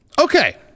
Okay